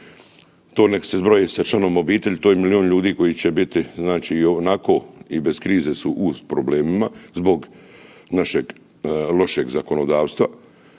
to nek se zbroje sa članovima obitelji to je milion ljudi koji će biti znači i onako i bez krize su u problemima zbog našeg lošeg zakonodavstva.